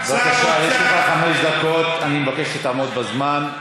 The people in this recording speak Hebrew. בבקשה, יש לך חמש דקות, אני מבקש שתעמוד בזמן.